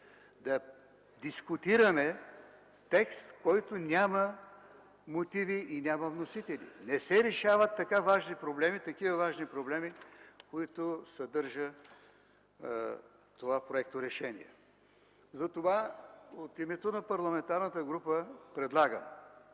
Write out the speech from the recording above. да дискутираме текст, който няма мотиви и няма вносители. Не се решават така такива важни проблеми, каквито съдържа това проекторешение. Затова, от името на парламентарната група предлагам